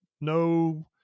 no